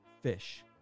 Fish